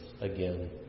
again